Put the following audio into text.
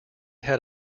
had